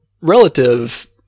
relative